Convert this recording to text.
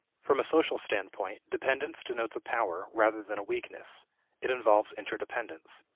from a social standpoint, dependence denotes a power rather than a weakness it involves interdependence.